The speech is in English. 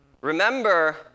Remember